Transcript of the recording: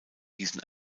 diesen